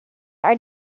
are